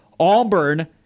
Auburn